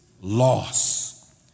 loss